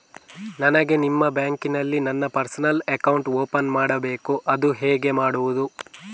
ನನಗೆ ನಿಮ್ಮ ಬ್ಯಾಂಕಿನಲ್ಲಿ ನನ್ನ ಪರ್ಸನಲ್ ಅಕೌಂಟ್ ಓಪನ್ ಮಾಡಬೇಕು ಅದು ಹೇಗೆ ಮಾಡುವುದು?